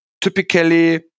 typically